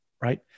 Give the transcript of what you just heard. right